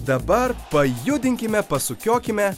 dabar pajudinkime pasukiokime